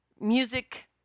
music